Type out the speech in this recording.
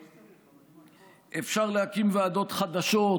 אפשר להקים ועדות חדשות